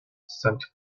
sent